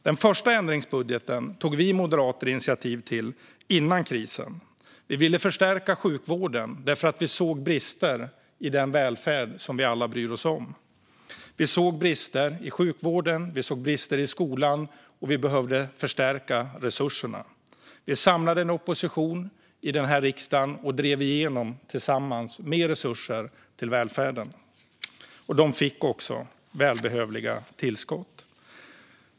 Den första ändringsbudgeten tog vi moderater initiativ till före krisen. Vi ville förstärka sjukvården, för vi såg brister i den välfärd som vi alla bryr oss om. Vi såg brister i sjukvården och skolan, och vi behövde förstärka resurserna. Vi samlade en opposition i den här riksdagen och drev tillsammans igenom mer resurser till välfärden, som fick välbehövliga tillskott.